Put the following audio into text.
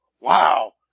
wow